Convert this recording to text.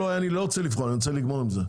אני לא רוצה לבחון, אני רוצה לגמור עם זה.